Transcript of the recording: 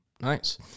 Nice